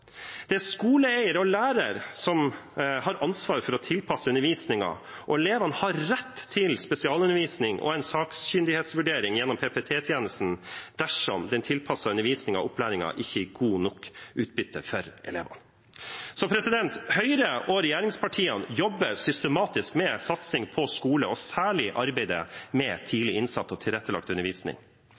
Det er skoleeier og lærer som har ansvar for å tilpasse undervisningen, og elevene har rett til spesialundervisning og en sakkyndigvurdering gjennom PP-tjenesten, dersom den tilpassede undervisningen og opplæringen ikke gir godt nok utbytte for elevene. Høyre og regjeringspartiene jobber systematisk med satsing på skole, og særlig arbeidet med tidlig innsats og tilrettelagt undervisning.